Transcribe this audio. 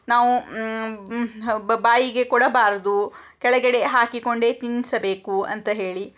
ನಾವು ಬ ಬಾಯಿಗೆ ಕೊಡಬಾರದು ಕೆಳಗಡೆ ಹಾಕಿಕೊಂಡೇ ತಿನ್ನಿಸಬೇಕು ಅಂತ ಹೇಳಿ